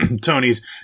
Tony's